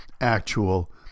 actual